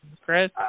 Chris